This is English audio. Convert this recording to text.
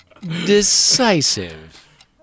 decisive